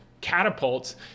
catapults